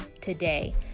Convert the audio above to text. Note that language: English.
today